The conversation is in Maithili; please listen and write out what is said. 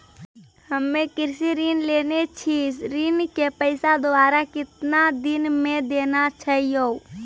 हम्मे कृषि ऋण लेने छी ऋण के पैसा दोबारा कितना दिन मे देना छै यो?